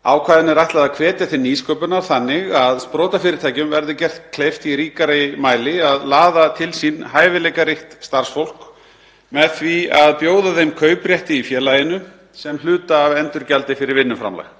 Ákvæðinu er ætlað að hvetja til nýsköpunar þannig að sprotafyrirtækjum verði gert kleift í ríkara mæli að laða til sín hæfileikaríkt starfsfólk með því að bjóða þeim kauprétti í félaginu sem hluta af endurgjaldi fyrir vinnuframlag.